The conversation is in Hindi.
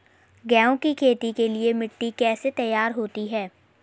गेहूँ की खेती के लिए मिट्टी कैसे तैयार होती है?